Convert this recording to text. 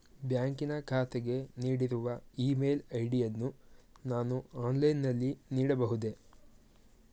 ಬ್ಯಾಂಕಿನ ಖಾತೆಗೆ ನೀಡಿರುವ ಇ ಮೇಲ್ ಐ.ಡಿ ಯನ್ನು ನಾನು ಆನ್ಲೈನ್ ನಲ್ಲಿ ನೀಡಬಹುದೇ?